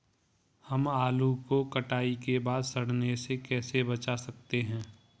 हम आलू को कटाई के बाद सड़ने से कैसे बचा सकते हैं?